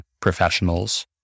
professionals